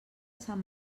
sant